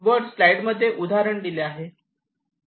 वर स्लाईड मध्ये उदाहरण दिले आहे